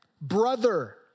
Brother